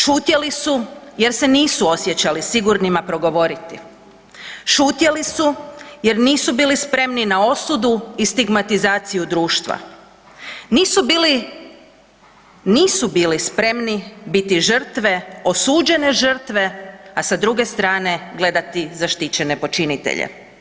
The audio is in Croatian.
Šutjeli su jer se nisu osjećali sigurnima progovoriti, šutjeli su jer nisu bili spremni na osudu i stigmatizaciju društva, nisu bili, nisu bili spremni biti žrtve, osuđene žrtve, a sa druge strane gledati zaštićene počinitelje.